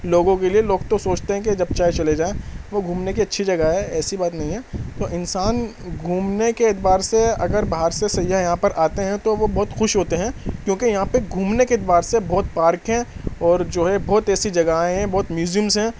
لوگوں کے لیے لوگ تو سوچتے ہیں کہ جب چاہے چلے جائیں وہ گھومنے کی اچھی جگہ ہے ایسی بات نہیں ہیں تو انسان گھومنے کے اعتبار سے اگر باہر سے سیاح یہاں پر آتے ہیں تو وہ بہت خوش ہوتے ہیں کیونکہ یہاں پہ گھومنے کے اعتبار سے بہت پارک ہیں اور جو ہے بہت ایسی جگہیں ہیں بہت میوزیمس ہیں